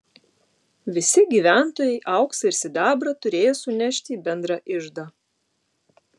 visi gyventojai auksą ir sidabrą turėjo sunešti į bendrą iždą